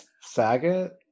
saget